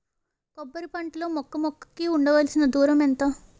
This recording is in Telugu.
కొబ్బరి పంట లో మొక్క మొక్క కి ఉండవలసిన దూరం ఎంత